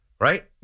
right